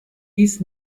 dies